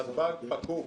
נתב"ג פקוק.